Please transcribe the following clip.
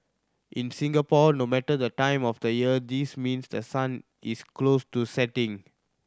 in Singapore no matter the time of the year this means the sun is close to setting